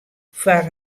foar